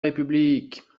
république